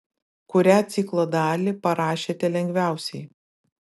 kurią ciklo dalį parašėte lengviausiai